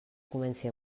comenci